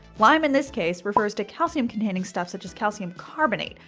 lime in this case refers to calcium-containing stuff such as calcium carbonate,